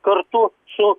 kartu su